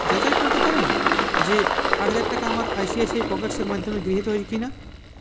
যাচাই করতে পারেন যে আট হাজার টাকা আমার আইসিআইসিআই পকেটসের মাধ্যমে গৃহীত হয় কিনা